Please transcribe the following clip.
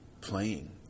Playing